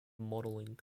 modeling